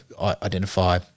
identify